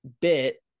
bit